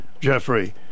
Jeffrey